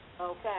Okay